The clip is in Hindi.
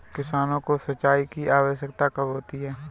किसानों को सिंचाई की आवश्यकता कब होती है?